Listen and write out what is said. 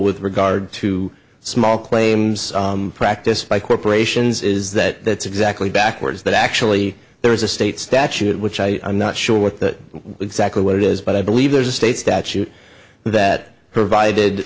with regard to small claims practice by corporations is that exactly backwards that actually there is a state statute which i am not sure what that exactly what it is but i believe there's a state statute that provided